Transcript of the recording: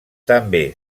també